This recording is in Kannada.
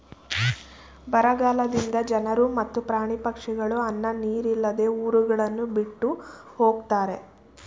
ಬರಗಾಲದಿಂದ ಜನರು ಮತ್ತು ಪ್ರಾಣಿ ಪಕ್ಷಿಗಳು ಅನ್ನ ನೀರಿಲ್ಲದೆ ಊರುಗಳನ್ನು ಬಿಟ್ಟು ಹೊಗತ್ತರೆ